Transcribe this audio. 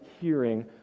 hearing